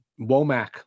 womack